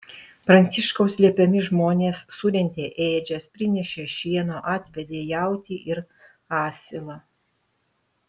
pranciškaus liepiami žmonės surentė ėdžias prinešė šieno atvedė jautį ir asilą